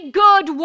good